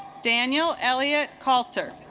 daniel elliott kultur